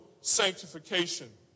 sanctification